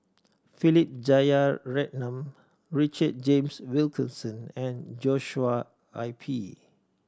Philip Jeyaretnam Richard James Wilkinson and Joshua I P